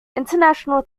international